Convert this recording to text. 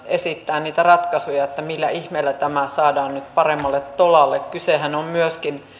esittää niitä ratkaisuja että millä ihmeellä tämä saadaan nyt paremmalle tolalle kysehän on myöskin